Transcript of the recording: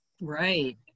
right